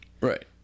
Right